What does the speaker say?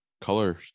color